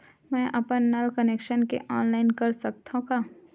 मैं अपन नल कनेक्शन के ऑनलाइन कर सकथव का?